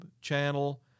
channel